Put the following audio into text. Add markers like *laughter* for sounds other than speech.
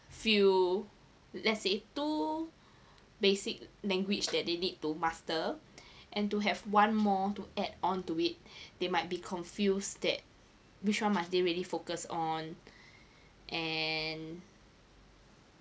few let's say two basic language that they need to master and to have one more to add on to it *breath* they might be confused that which one must they really focus on and